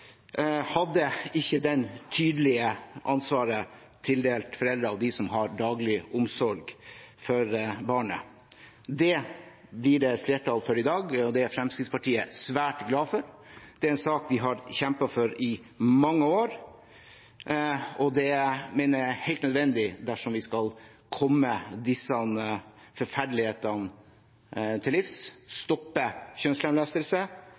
hadde ikke det tydelige ansvaret tildelt foreldre og de som har daglig omsorg for barnet. Det blir det flertall for i dag, og det er Fremskrittspartiet svært glad for. Det er en sak vi har kjempet for i mange år, og det mener jeg er helt nødvendig dersom vi skal komme disse forferdelighetene til livs, stoppe kjønnslemlestelse